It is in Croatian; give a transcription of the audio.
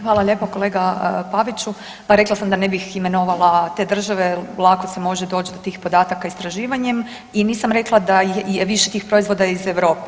Hvala lijepa kolega Paviću, pa rekla sam da ne bih imenovala te države, lako se može doći do tih podataka istraživanjem i nisam rekla da je više tih proizvoda iz Europe.